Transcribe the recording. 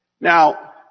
Now